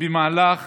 במהלך